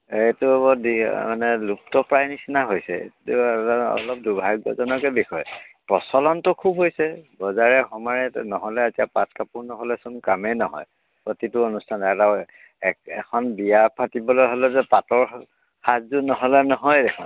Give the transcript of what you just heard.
এইটো বৰ দি মানে লুপ্তপ্ৰায় নিচিনা হৈছে এইটো অল অলপ দুৰ্ভাগ্যজনকেই বিষয় প্ৰচলনটো খুব হৈছে বজাৰে সমাৰে ত' নহ'লে এতিয়া পাট কাপোৰ নহ'লেচোন কামেই নহয় প্ৰতিটো অনুষ্ঠানত এক এখন বিয়া পাতিবলৈ হ'লে যে পাটৰ সাজ সাজযোৰ নহ'লে নহয়েই দেখোন